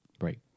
Right